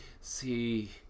See